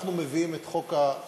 אנחנו מביאים את חוק השכירות,